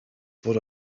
what